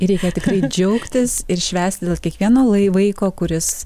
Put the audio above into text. ir reikia tikrai džiaugtis ir švęsti dėl kiekvieno lai vaiko kuris